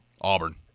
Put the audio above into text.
Auburn